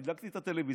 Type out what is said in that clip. הדלקתי את הטלוויזיה,